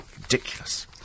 Ridiculous